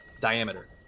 diameter